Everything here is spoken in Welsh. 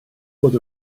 fod